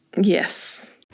yes